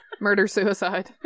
Murder-suicide